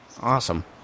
Awesome